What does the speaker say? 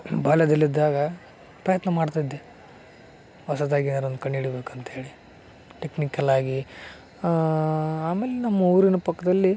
ಬಾಲ್ಯದಲ್ಲಿದ್ದಾಗ ಪ್ರಯತ್ನ ಮಾಡ್ತಿದ್ದೆ ಹೊಸದಾಗಿ ಏನಾದ್ರು ಒಂದು ಕಂಡು ಹಿಡಿಬೇಕಂತ ಹೇಳಿ ಟೆಕ್ನಿಕಲ್ಲಾಗಿ ಆಮೇಲೆ ನಮ್ಮ ಊರಿನ ಪಕ್ಕದಲ್ಲಿ